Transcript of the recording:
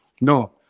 no